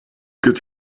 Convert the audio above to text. could